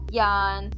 yan